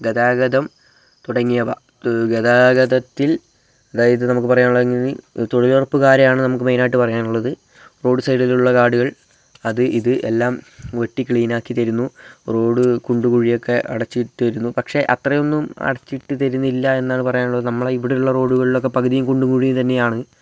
ഗതാഗതം തുടങ്ങിയവ ഗതാഗതത്തിൽ അതായത് നമുക്ക് പറയാനുള്ളത് തൊഴിലുറപ്പുകാരെയാണ് നമുക്ക് മെയിനായിട്ട് പറയാനുള്ളത് റോഡ് സൈഡിലുള്ള കാടുകൾ അത് ഇത് എല്ലാം വെട്ടി ക്ലീനാക്കി തരുന്നു റോഡ് കുണ്ട് കുഴിയൊക്കെ അടച്ചിട്ട് തരുന്നു പക്ഷെ അത്രയൊന്നും അടച്ചിട്ട് തരുന്നില്ല എന്നാണ് പറയാനുള്ളത് നമ്മളുടെ ഇവിടുള്ള റോഡുകളിലൊക്കെ പകുതി കുണ്ടും കുഴിയും തന്നെയാണ്